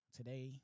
Today